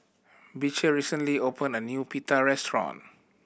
Beecher recently opened a new Pita restaurant